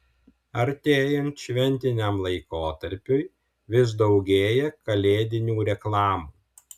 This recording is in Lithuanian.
artėjant šventiniam laikotarpiui vis daugėja kalėdinių reklamų